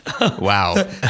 Wow